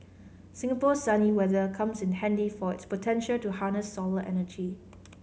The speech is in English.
Singapore's sunny weather comes in handy for its potential to harness solar energy